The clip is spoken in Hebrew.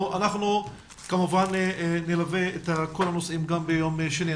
אנחנו כמובן נלווה את כל הנושאים גם בדיון שיתקיים ביום שני.